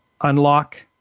Unlock